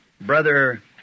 Brother